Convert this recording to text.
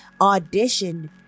audition